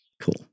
Cool